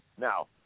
Now